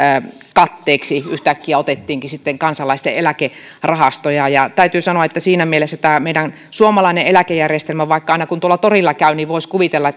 katteeksi yhtäkkiä otettiinkin sitten kansalaisten eläkerahastoja täytyy sanoa että siinä mielessä tämä meidän suomalainen eläkejärjestelmämme vaikka aina kun tuolla torilla käy voisi kuvitella